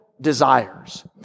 desires